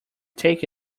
take